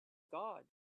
god